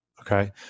Okay